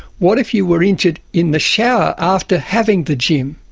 what if you were injured in the shower after having the gym?